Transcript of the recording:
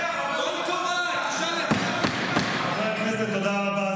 טול קורה, חברי הכנסת, תודה רבה.